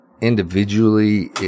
individually